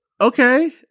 okay